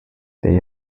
they